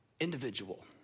individual